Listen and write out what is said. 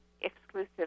exclusive